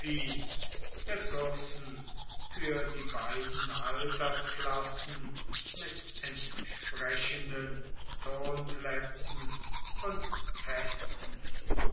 für die beiden altersklassen mit entsprechenden turnplätzen und festen